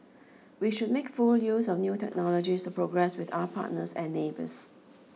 we should make full use of new technologies to progress with our partners and neighbours